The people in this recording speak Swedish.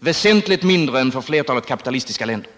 väsentligt mindre än i flertalet kapitalistiska länder.